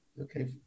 okay